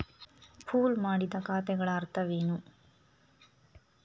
Pool ಮಾಡಿದ ಖಾತೆಗಳ ಅರ್ಥವೇನು?